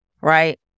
right